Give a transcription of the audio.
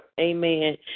Amen